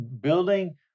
building